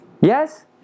Yes